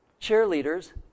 cheerleaders